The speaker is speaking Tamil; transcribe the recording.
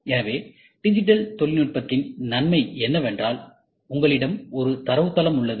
எனவே டிஜிட்டல் தொழில்நுட்பத்தின் நன்மை என்னவென்றால் உங்களிடம் ஒரு தரவுத்தளம் உள்ளது